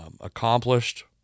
accomplished